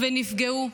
ונפגעו,